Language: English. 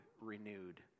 renewed